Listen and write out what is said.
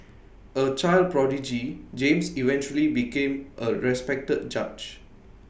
A child prodigy James eventually became A respected judge